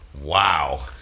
Wow